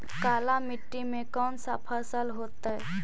काला मिट्टी में कौन से फसल होतै?